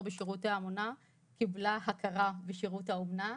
בשירותי אומנה קיבלה הכרה בשירות האומנה.